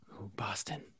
Boston